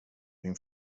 din